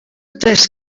tres